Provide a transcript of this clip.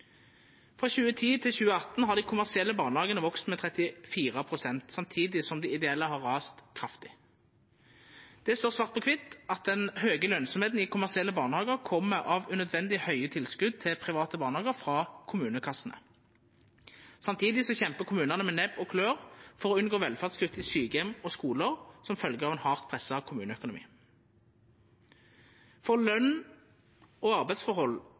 Frå 2010 til 2018 har dei kommersielle barnehagane vakse med 34 pst. samtidig som dei ideelle har rasa kraftig. Det står svart på kvitt at den høge lønsemda i kommersielle barnehagar kjem av unødvendig høge tilskot til private barnehagar frå kommunekassene. Samtidig kjempar kommunane med nebb og klør for å unngå velferdskutt i sjukeheimar og skular som følgje av ein hardt pressa kommuneøkonomi. Løns- og arbeidsforhold